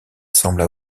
semblent